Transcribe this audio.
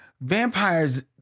Vampires